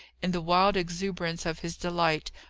in the wild exuberance of his delight,